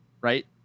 Right